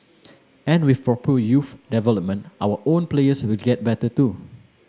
and with proper youth development our own players will get better too